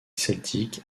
celtique